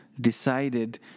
decided